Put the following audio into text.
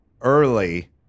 early